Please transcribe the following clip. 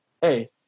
Hey